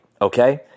okay